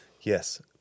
yes